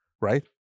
right